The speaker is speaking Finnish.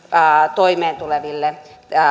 toimeentuleville